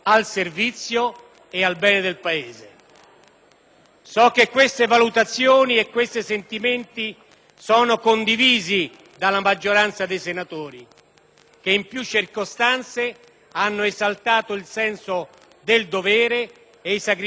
So che queste valutazioni e questi sentimenti sono condivisi dalla maggioranza dei senatori, che in più circostanze hanno esaltato il senso del dovere e i sacrifici delle Forze armate e di polizia.